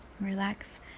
relax